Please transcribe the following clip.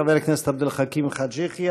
חבר הכנסת עבד אל חכים חאג' יחיא.